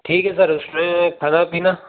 ठीक है सर फ़िर खाना पीना